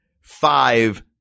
five